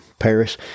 Paris